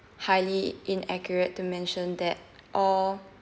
highly inaccurate to mention that all